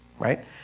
Right